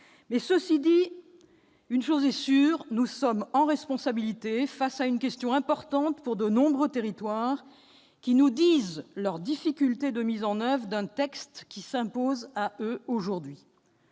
Cela dit, une chose est sûre, nous devons assumer nos responsabilités face à une question importante pour de nombreux territoires, d'où remontent les difficultés de mise en oeuvre d'un texte qui s'impose à eux aujourd'hui.